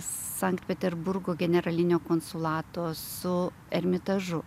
sankt peterburgo generalinio konsulato su ermitažu